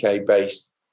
UK-based